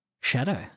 shadow